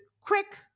quick